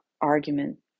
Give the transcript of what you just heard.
argument